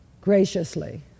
graciously